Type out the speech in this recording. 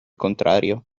contrario